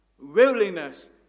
willingness